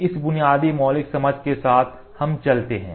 तो इस बुनियादी मौलिक समझ के साथ हम चलते हैं